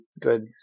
Good